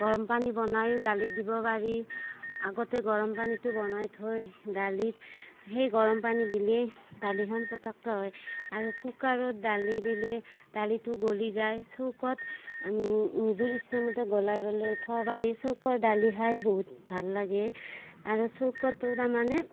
গৰম পানী বনায়ো দালিত দিব পাৰি আগতে গৰম পানীটো বনাই থৈ দালিত সেই গৰমপানী দিলেই দালিখন পটককৈ হয় আৰু কুকাৰত দালি দিলে দালিতো গলি যায় চৌকাত নিজৰ ইচ্ছামতে গলাই পেলাই থব পাৰি চৌকাৰ দালি খাই বহুত ভাল লাগে আৰু চৌকাটোত তাৰ মানে